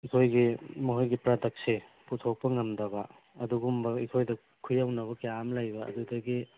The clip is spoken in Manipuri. ꯑꯩꯈꯣꯏꯒꯤ ꯃꯈꯣꯏꯒꯤ ꯄ꯭ꯔꯗꯛꯁꯦ ꯄꯨꯊꯣꯛꯄ ꯉꯝꯗꯕ ꯑꯗꯨꯒꯨꯝꯕ ꯑꯩꯈꯣꯏꯅ ꯈꯨꯌꯧꯅꯕ ꯀꯌꯥ ꯑꯃ ꯂꯩꯕ ꯑꯗꯨꯗꯒꯤ